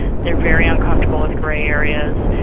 they are very uncomfortable with gray areas,